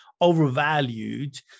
overvalued